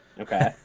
Okay